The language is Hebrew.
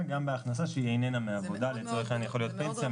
גם מהכנסה שאיננה מעבודה; זה יכול להיות פנסיה,